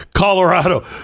colorado